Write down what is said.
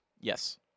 Yes